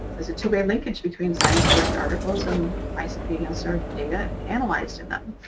there's a two way linkage between sciencedirect articles and icpsr data analyzed in them.